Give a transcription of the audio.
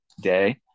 day